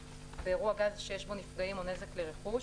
באירוע גז שיש בו נפגעים או נזק לרכוש,